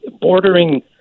bordering